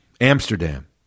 Amsterdam